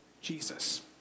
Jesus